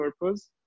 purpose